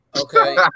Okay